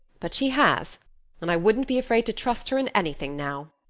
but she has and i wouldn't be afraid to trust her in anything now.